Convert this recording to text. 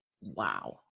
Wow